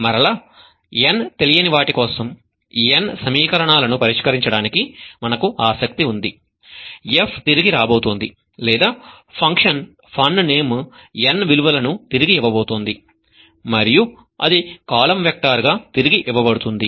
మరలా n తెలియని వాటి కోసం n సమీకరణాలను పరిష్కరించడానికి మనకు ఆసక్తి ఉంది f తిరిగి రాబోతోంది లేదా ఫంక్షన్ fun Name n విలువలను తిరిగి ఇవ్వబోతోంది మరియు అది కాలమ్ వెక్టర్ గా తిరిగి ఇవ్వబడుతుంది